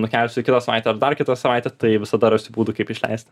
nukelsiu į kitą savaitę ar dar kitą savaitę tai visada rasiu būdų kaip išleisti